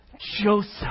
Joseph